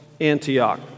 Antioch